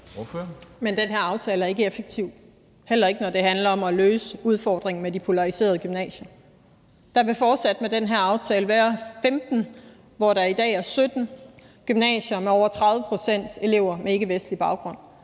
(V): Den her aftale er ikke effektiv, heller ikke når det handler om at løse udfordringen med de polariserede gymnasier. Der vil fortsat med den her aftale være 15, hvor der i dag er 17, gymnasier med over 30 pct. elever med ikkevestlig baggrund.